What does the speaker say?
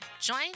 Join